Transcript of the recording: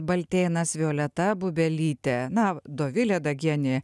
baltėnas violeta bubelytė na dovilė dagienė